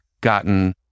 gotten